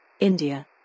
India